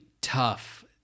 tough